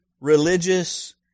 religious